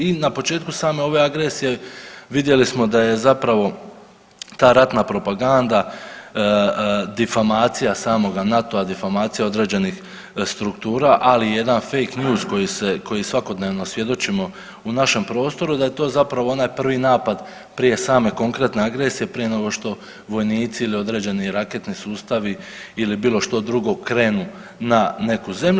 I na početku same ove agresije vidjeli smo da je zapravo ta ratna propaganda, difamacija samoga NATO-a, difamacija određenih struktura, ali i jedan fake news koji se, koji svakodnevno svjedočimo u našem prostoru da je to zapravo onaj prvi napad prije same konkretne agresije, prije nego što vojnici ili određeni raketni sustavi ili bilo što drugo krenu na neku zemlju.